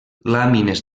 làmines